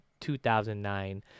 2009